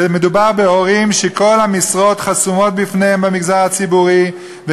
ומדובר בהורים שכל המשרות במגזר הציבורי חסומות בפניהם,